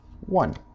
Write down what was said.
one